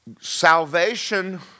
salvation